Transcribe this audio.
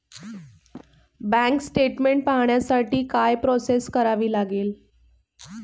Bank statement पाहण्यासाठी काय process करावी लागेल?